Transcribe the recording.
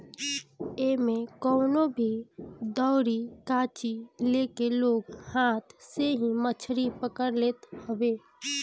एमे कवनो भी दउरी खाची लेके लोग हाथ से ही मछरी पकड़ लेत हवे